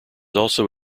also